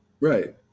right